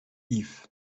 yves